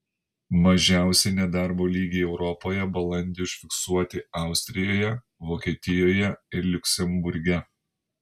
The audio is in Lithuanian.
mažiausi nedarbo lygiai europoje balandį užfiksuoti austrijoje vokietijoje ir liuksemburge